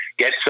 Get